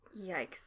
Yikes